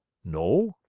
no,